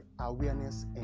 awareness